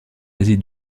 asie